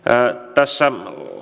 tässä